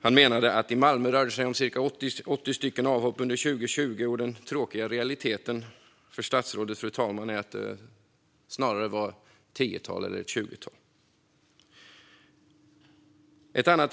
Han menade att det i Malmö rörde sig om cirka 80 avhopp under 2020. Den tråkiga realiteten för statsrådet, fru talman, är att det snarare var ett tio eller tjugotal. Det andra